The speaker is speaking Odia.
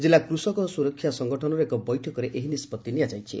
ଜିଲ୍ଲା କୃଷକ ସୁରକ୍ଷା ସଂଗଠନର ଏକ ବୈଠକରେ ଏହି ନିଷ୍ବଭି ନିଆଯାଇଛି